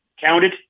counted